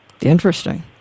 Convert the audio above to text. Interesting